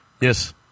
Yes